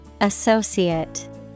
Associate